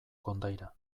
kondaira